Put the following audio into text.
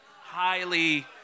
highly